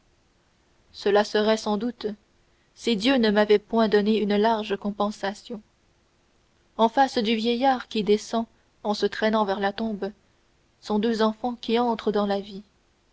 cela serait sans doute si dieu ne m'avait point donné une large compensation en face du vieillard qui descend en se traînant vers la tombe sont deux enfants qui entrent dans la vie